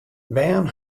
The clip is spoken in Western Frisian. bern